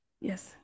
Yes